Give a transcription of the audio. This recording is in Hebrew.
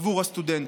עבור הסטודנטים.